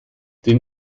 den